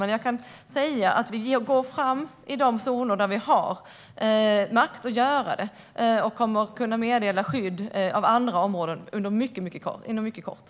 Jag kan dock säga att vi går fram i de zoner där vi har makt att göra det, och vi kommer att kunna meddela skydd av andra områden inom mycket kort tid.